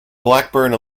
blackburn